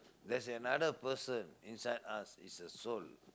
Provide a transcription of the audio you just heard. there's another person inside us is a soul